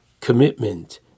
commitment